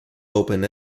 open